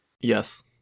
Yes